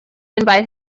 invite